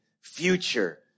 future